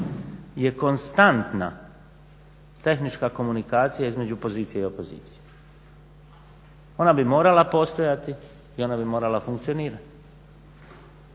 je konstantna tehnička komunikacija između pozicije i opozicije. Ona bi morala postojati i ona bi morala funkcionirati.